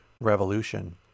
revolution